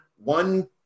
One